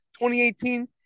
2018